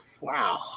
wow